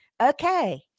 Okay